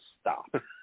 stop